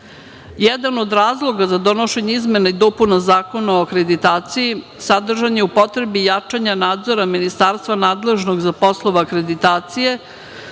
takse. Jedan od razloga za donošenje izmena i dopuna Zakona o akreditaciji, sadržan je u potrebi jačanja nadzora ministarstva nadležnog za poslova akreditacije